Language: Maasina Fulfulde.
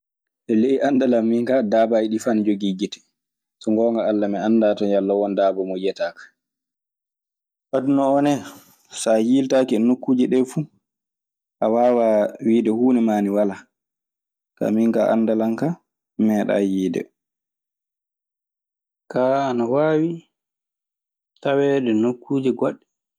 E ley anndalan, minkaa daabaaji ndi fuu ana jogii gite. So ngoonga Alla mi anndaa ton yella won daaba mo yiyataa ka. Aduna oo ne, so a yiiltaaki nokku oo fuu, a waawaa wiide huunde maani walaa. Kaa min kaa, e anndal an kaa, mi meeɗaayi yiide. Kaa ana waawi taweede nokkuuje goɗɗe.